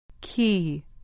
Key